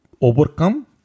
overcome